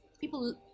People